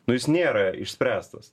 nu jis nėra išspręstas